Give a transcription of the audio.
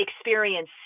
experience